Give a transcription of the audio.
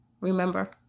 remember